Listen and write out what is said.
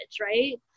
right